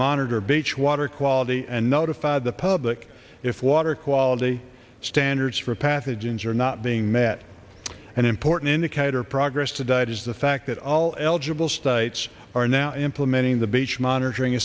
beach water quality and notify the public if water quality standards for pathogens are not being met and important indicator progress to date is the fact that all eligible states are now implementing the beach monitoring